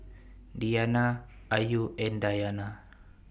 Diyana Ayu and Dayana